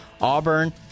Auburn